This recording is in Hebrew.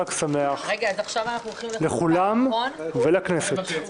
חג שמח לכולם ולכנסת.